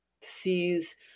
sees